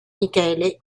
michele